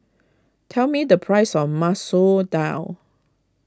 tell me the price of Masoor Dal